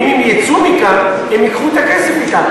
אם הם יצאו מכאן הם ייקחו את הכסף אתם.